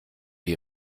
die